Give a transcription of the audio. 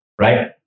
right